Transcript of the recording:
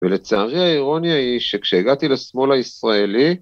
ולצערי האירוניה היא שכשהגעתי לשמאל הישראלי